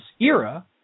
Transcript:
era